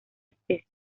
especie